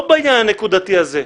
לא בעניין הנקודתי הזה.